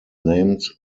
named